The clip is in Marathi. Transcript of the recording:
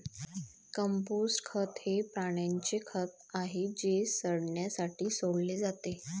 कंपोस्ट खत हे प्राण्यांचे खत आहे जे सडण्यासाठी सोडले जाते